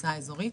המועצה האזורית.